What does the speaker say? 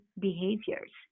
behaviors